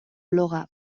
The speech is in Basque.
bloga